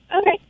okay